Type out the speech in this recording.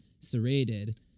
serrated